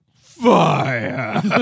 fire